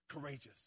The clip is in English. courageous